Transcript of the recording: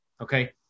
Okay